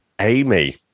Amy